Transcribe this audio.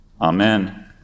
Amen